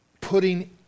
putting